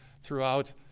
throughout